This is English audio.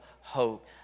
hope